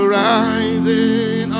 rising